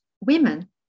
women